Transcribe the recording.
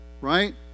Right